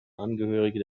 angehörige